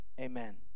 amen